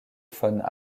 von